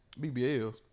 BBLs